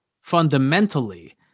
fundamentally